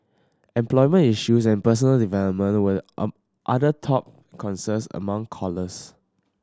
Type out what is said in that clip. employment issues and personal development was on other top concerns among callers